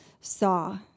saw